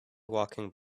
walking